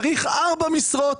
צריך ארבע משרות.